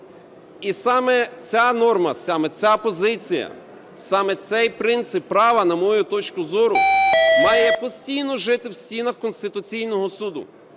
І саме ця норма, саме ця позиція, саме цей принцип права, на мою точку зору, має постійно жити в стінах Конституційного Суду.